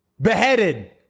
Beheaded